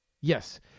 yes